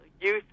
youth